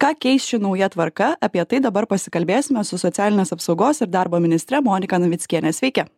ką keis ši nauja tvarka apie tai dabar pasikalbėsime su socialinės apsaugos ir darbo ministre monika navickiene sveiki